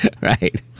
Right